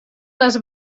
les